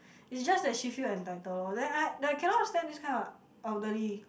it's just that she feel entitled lor then I I I cannot stand this kind of elderly